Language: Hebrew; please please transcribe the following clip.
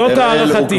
זאת הערכתי.